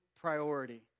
priority